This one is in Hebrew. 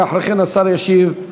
ואחרי כן השר ישיב על